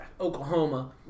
Oklahoma